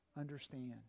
understand